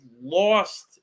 lost